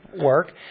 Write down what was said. work